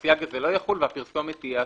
הסייג הזה לא יחול והפרסומת תהיה אסורה.